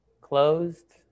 closed